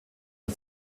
der